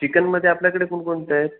चिकनमध्ये आपल्याकडे कोणकोणत्या आहेत